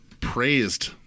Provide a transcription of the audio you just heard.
praised